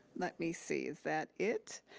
let me see. is that it?